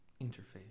interface